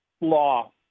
law